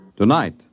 Tonight